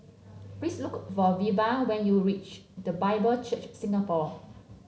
please look for Veva when you reach The Bible Church Singapore